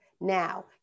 now